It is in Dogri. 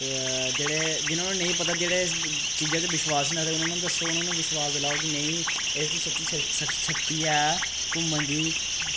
जेह्ड़े जिनां नूं नेईं पता जेह्ड़े चीजां च विश्वास निं रखदे उनां नू दसो उनां नूं विश्वास दलाओ कि नेईं इस च सच्ची शक्ति ऐ घूमन दी